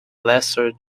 lesser